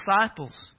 disciples